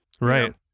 Right